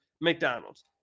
McDonald's